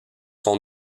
sont